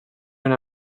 una